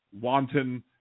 wanton